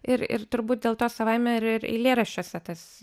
ir ir turbūt dėl to savaime ir ir eilėraščiuose tas